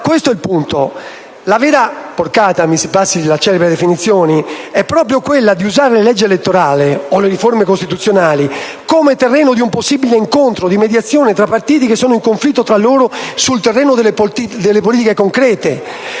questo è il punto: la vera porcata, mi si passi la celebre definizione, è proprio quella di usare la legge elettorale o le riforme costituzionali come terreno di un possibile incontro, di mediazione tra partiti che sono in conflitto tra loro sul terreno delle politiche concrete,